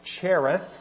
Cherith